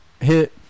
hit